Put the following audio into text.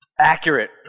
accurate